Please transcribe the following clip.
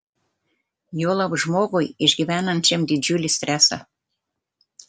juolab žmogui išgyvenančiam didžiulį stresą